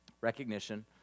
recognition